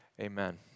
amen